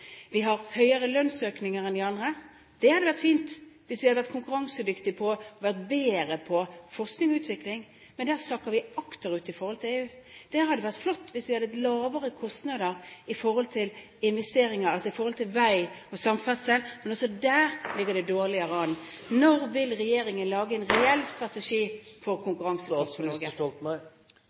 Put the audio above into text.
Vi har høyere lønnsøkning enn de andre. Det hadde vært fint hvis vi hadde vært konkurransedyktige, vært bedre på forskning og utvikling. Men der sakker vi akterut i forhold til EU. Det hadde vært flott hvis vi hadde hatt lavere kostnader når det gjelder investeringer, altså når det gjelder vei og samferdsel. Men også der ligger vi dårligere an. Når vil regjeringen lage en reell strategi for